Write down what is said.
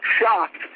shocked